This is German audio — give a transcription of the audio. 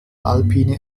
alpine